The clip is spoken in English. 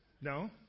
No